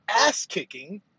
ass-kicking